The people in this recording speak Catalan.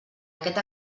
aquest